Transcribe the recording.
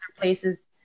places